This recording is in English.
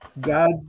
God